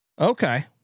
Okay